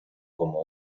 como